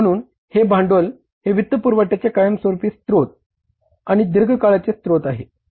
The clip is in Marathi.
म्हणून हे भांडवल हे वित्तपुरवठयाचे कायमस्वरूपी स्त्रोत आणि दीर्घ काळाचे स्त्रोत आहे